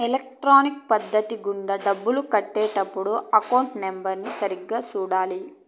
electronic పద్ధతి గుండా డబ్బులు కట్టే టప్పుడు అకౌంట్ నెంబర్ని సరిగ్గా సూడాలి